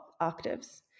octaves